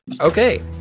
Okay